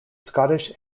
scottish